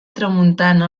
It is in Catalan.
tramuntana